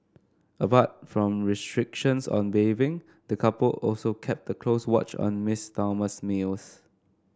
apart from restrictions on bathing the couple also kept the close watch on Miss Thelma's meals